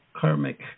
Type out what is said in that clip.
karmic